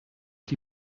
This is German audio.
die